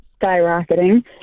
skyrocketing